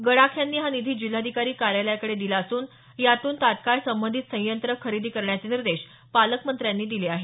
गडाख यांनी हा निधी जिल्हाधिकारी कार्यालयाकडे दिला असून यातून तत्काळ संबंधित संयंत्र खरेदी करण्याचे निर्देश पालकमंत्र्यांनी दिले आहेत